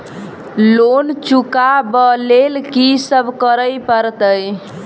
Loan चुका ब लैल की सब करऽ पड़तै?